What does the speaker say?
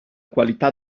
qualità